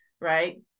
Right